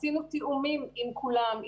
עשינו תיאומים עם כולם,